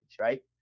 right